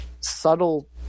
subtle